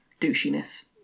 douchiness